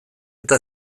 eta